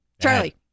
Charlie